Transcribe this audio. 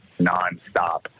nonstop